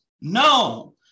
No